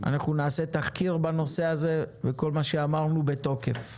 אנחנו נעשה תחקיר בנושא הזה וכל מה שאמרנו בתוקף.